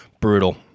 brutal